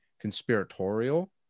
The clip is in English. conspiratorial